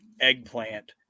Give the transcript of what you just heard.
eggplant